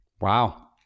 wow